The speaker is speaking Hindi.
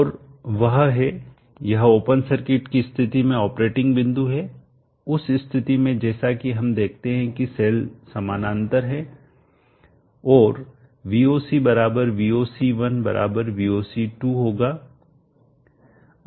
और वह है यह ओपन सर्किट की स्थिति में ऑपरेटिंग बिंदु है उस स्थिति में जैसा कि हम देखते हैं कि सेल समानांतर है और Voc Voc1 Voc2 होगा